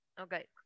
Okay